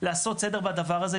לעשות סדר בדבר הזה,